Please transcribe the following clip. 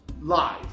live